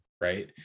right